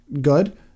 good